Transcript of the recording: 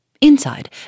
Inside